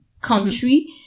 country